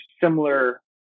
similar